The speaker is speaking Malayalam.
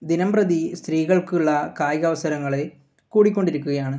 ദിനം പ്രതി സ്ത്രീകൾക്കുള്ള കായികാവസരങ്ങൾ കൂടിക്കൊണ്ടിരിക്കുകയാണ്